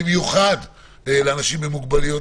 במיוחד לאנשים עם מוגבלויות,